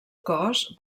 cos